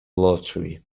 lottery